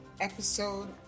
Episode